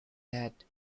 head